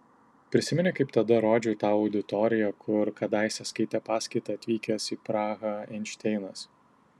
prisimeni kaip tada rodžiau tau auditoriją kur kadaise skaitė paskaitą atvykęs į prahą einšteinas